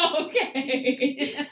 Okay